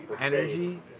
Energy